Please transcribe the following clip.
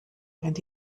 and